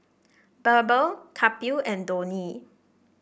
BirbaL Kapil and Dhoni